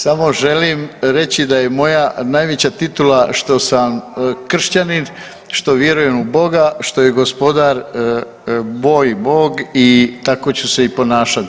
Samo želim reći da je moja najveća titula što sam kršćanin, što vjerujem u boga, što je gospodar moj bog i tako ću se i ponašati.